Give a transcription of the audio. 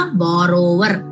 borrower